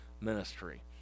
ministry